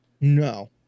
No